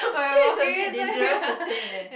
here is a bit dangerous to say eh